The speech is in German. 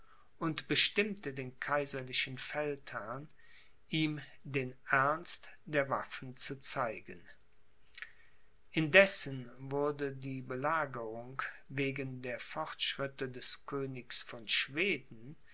und bestimmte den kaiserlichen feldherrn ihm den ernst der waffen zu zeigen indessen wurde die belagerung wegen der fortschritte des königs von schweden